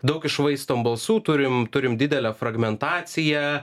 daug iššvaistom balsų turim turim didelę fragmentaciją